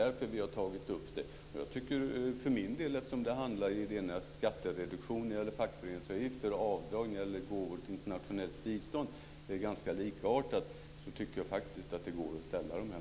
Därför har vi tagit upp detta. Det handlar alltså om skattereduktion för fackföreningsavgifter och avdrag för gåvor till internationellt bistånd. Jag tycker att dessa går att ställa mot varandra eftersom det rör sig om ganska likartade saker.